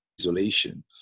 isolation